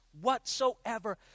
whatsoever